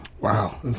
Wow